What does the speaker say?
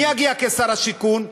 מי יגיע כשר השיכון?